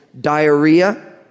Diarrhea